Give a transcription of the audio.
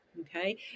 Okay